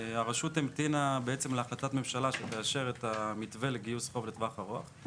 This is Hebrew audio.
הרשות המתינה להחלטת ממשלה שתאשר את המתווה לגיוס חוב לטווח ארוך.